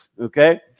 Okay